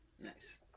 Nice